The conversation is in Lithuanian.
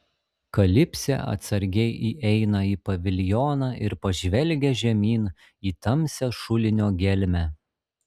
kalipsė atsargiai įeina į paviljoną ir pažvelgia žemyn į tamsią šulinio gelmę